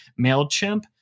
MailChimp